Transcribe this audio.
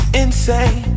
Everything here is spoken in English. insane